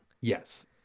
yes